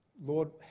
Lord